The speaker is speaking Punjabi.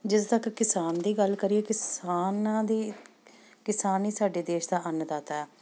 ਜਿੱਥੇ ਤੱਕ ਕਿਸਾਨ ਦੀ ਗੱਲ ਕਰੀਏ ਕਿਸਾਨਾਂ ਦੀ ਕਿਸਾਨ ਹੀ ਸਾਡੇ ਦੇਸ਼ ਦਾ ਅੰਨਦਾਤਾ ਹੈ